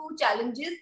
challenges